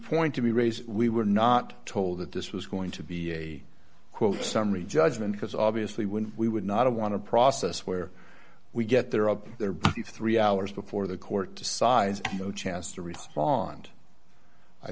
point to be raise we were not told that this was going to be a quote summary judgment because obviously when we would not want to process where we get there are there are three hours before the court decides no chance to respond i